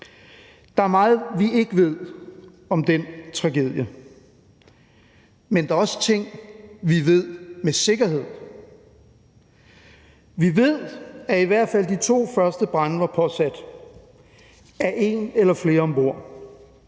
Der er meget, vi ikke ved om den tragedie, men der er også ting, vi ved med sikkerhed. Vi ved, at i hvert fald de to første brande var påsat af en eller flere om bord.